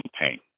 pain